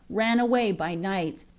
ran away by night,